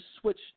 switch